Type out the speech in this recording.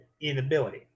inability